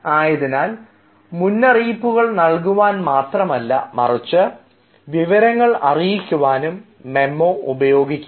ആയതിനാൽ മുന്നറിയിപ്പുകൾ നൽകുവാൻ മാത്രമല്ല മറിച്ച് വിവരങ്ങൾ അറിയിക്കുവാനും മെമ്മോ ഉപയോഗിക്കുന്നു